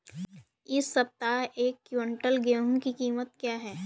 इस सप्ताह एक क्विंटल गेहूँ की कीमत क्या है?